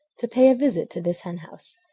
to pay a visit to this henhouse,